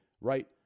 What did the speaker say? right